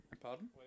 Pardon